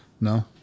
No